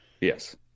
Yes